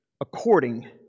according